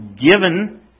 given